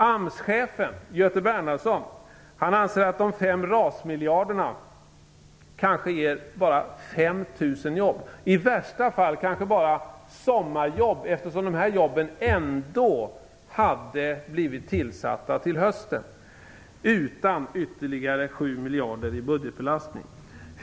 AMS-chefen Göte Bernhardsson anser att de 5 RAS miljarderna kanske ger bara 5 000 jobb, i värsta fall kanske bara sommarjobb, eftersom de här jobben ändå hade tillkommit till hösten, utan ytterligare 7 miljarder i budgetbelastning.